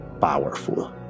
powerful